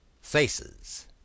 faces